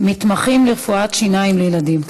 מתמחים ברפואת שיניים לילדים.